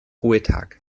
ruhetag